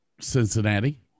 Cincinnati